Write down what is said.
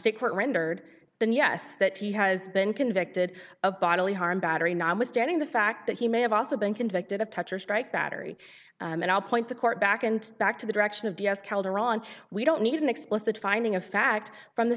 court rendered than yes that he has been convicted of bodily harm battery not withstanding the fact that he may have also been convicted of touch or strike battery and i'll point the court back and back to the direction of d s calderon we don't need an explicit finding of fact from the